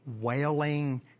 wailing